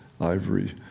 ivory